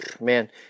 man